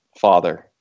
father